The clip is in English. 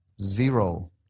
Zero